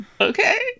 okay